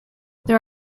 there